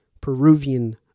Peruvian